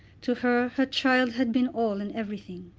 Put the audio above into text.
to her her child had been all and everything.